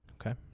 Okay